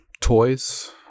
toys